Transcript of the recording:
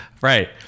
Right